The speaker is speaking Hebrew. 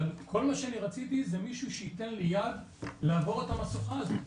אבל כל מה שרציתי זה מישהו שייתן לי יד לעבור את המשוכה הזאת.